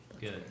Good